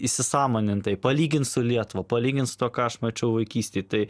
įsisąmonintai palygint su lietuva palygint su tuo ką aš mačiau vaikystėj tai